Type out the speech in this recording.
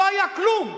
לא היה כלום.